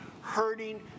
hurting